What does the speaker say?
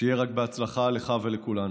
שיהיה רק בהצלחה לך ולכולנו.